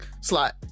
slot